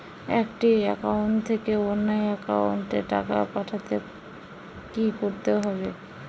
একটি একাউন্ট থেকে অন্য একাউন্টে টাকা পাঠাতে কি করতে হবে?